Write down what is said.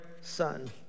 Son